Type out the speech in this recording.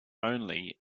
only